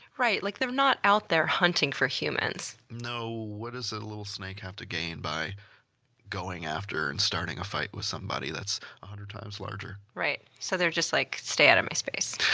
right. like they're not out there hunting for humans. no, what does a little snake have to gain by going after and starting a fight with somebody that's one hundred times larger? right. so they're just like stay out of my space.